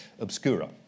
obscura